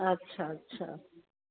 अच्छा अच्छा